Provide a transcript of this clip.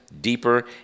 deeper